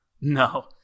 no